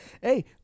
Hey